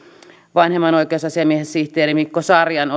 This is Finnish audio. vanhemman oikeusasiamiehensihteerin mikko sarjan